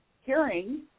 hearing